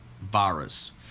virus